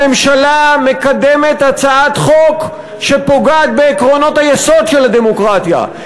הממשלה מקדמת הצעת חוק שפוגעת בעקרונות היסוד של הדמוקרטיה.